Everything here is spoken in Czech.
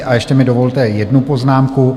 A ještě mi dovolte jednu poznámku.